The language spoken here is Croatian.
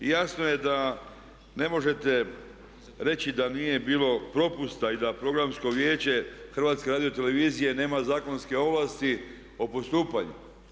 Jasno je da ne možete reći da nije bilo propusta i da Programsko vijeće HRT-a nema zakonske ovlasti o postupanju.